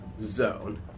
zone